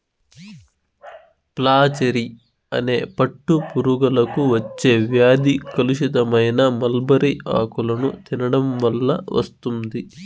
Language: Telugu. ఫ్లాచెరీ అనే పట్టు పురుగులకు వచ్చే వ్యాధి కలుషితమైన మల్బరీ ఆకులను తినడం వల్ల వస్తుంది